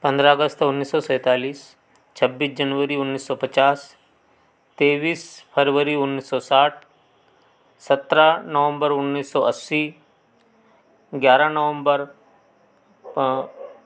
पंद्रह अगस्त उन्नीस सौ सैंतालीस छब्बीस जनवरी उन्नीस सौ पचास तेईस फरवरी उन्नीस सौ साठ सत्रह नवंबर उन्नीस सौ अस्सी ग्यारह नवंबर